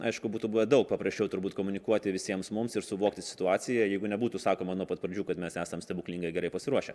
aišku būtų buvę daug paprasčiau turbūt komunikuoti visiems mums ir suvokti situaciją jeigu nebūtų sakoma nuo pat pradžių kad mes esam stebuklingai gerai pasiruošę